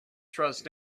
trust